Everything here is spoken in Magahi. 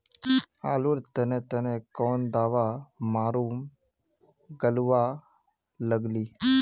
आलूर तने तने कौन दावा मारूम गालुवा लगली?